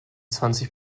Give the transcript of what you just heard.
zwanzig